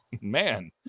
Man